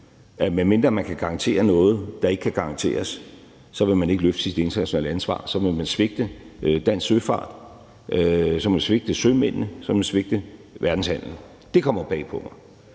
at medmindre vi kan garantere noget, der ikke kan garanteres, vil man ikke løfte sit internationale ansvar. Så vil man svigte dansk søfart, så vil man svigte sømændene, så vil man svigte verdenshandelen. Det kommer bag på mig.